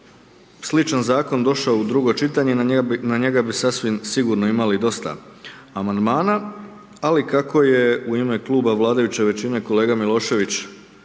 Kada bi sličan zakon došao u drugo čitanje, na njega bi sasvim sigurno imali dosta amandmana, ali kako je u ime kluba vladajuće većine kolega Milošević